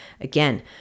again